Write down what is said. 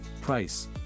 Price